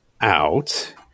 out